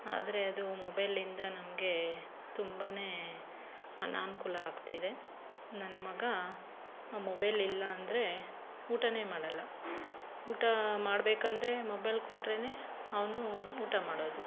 ಆದರೆ ಅದು ಮೊಬೈಲಿಂದ ನಮಗೆ ತುಂಬಾ ಅನನ್ಕೂಲ ಆಗ್ತಿದೆ ನನ್ನ ಮಗ ಆ ಮೊಬೆಲ್ ಇಲ್ಲ ಅಂದರೆ ಊಟ ಮಾಡಲ್ಲ ಊಟ ಮಾಡಬೇಕಂದ್ರೆ ಮೊಬೈಲ್ ಕೊಟ್ರೆ ಅವನು ಊಟ ಮಾಡೋದು